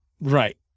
Right